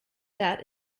that